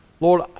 Lord